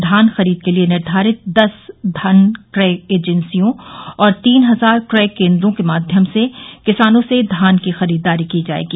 धान खरीद के लिये निर्धारित दस धान क्रय एजेंसियों और तीन हजार क्रय केन्द्रों के माध्यम से किसानों से धान की खरीददारी की जायेगी